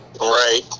Right